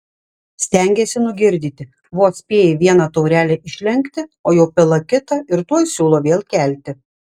stengėsi nugirdyti vos spėji vieną taurelę išlenkti o jau pila kitą ir tuoj siūlo vėl kelti